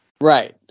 Right